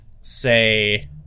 say